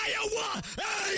Iowa